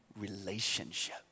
relationship